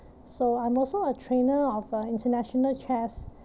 so I'm also a trainer of uh international chess